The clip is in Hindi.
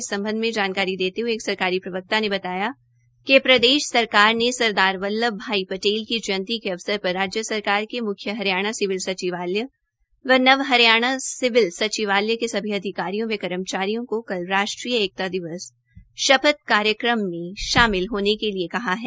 इस संबंध में जानकारी देते हुए एक सरकारी प्रवक्ता ने बताया कि प्रदेश सरकार ने सरदार वल्लभभाई पटेल की जयंती के अवसर पर राज्य सरकार के मुख्य हरियाणा सिविल सचिवालय व नव हरियाणा सिविल सचिवालय के सभी अधिकारियों व कर्मचारियों को कल राष्ट्रीय एकता दिवस शपथ कार्यक्रम में शामिल होने के लिए कहा है